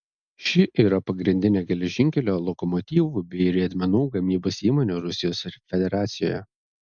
ši yra pagrindinė geležinkelio lokomotyvų bei riedmenų gamybos įmonė rusijos federacijoje